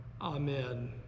Amen